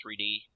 3D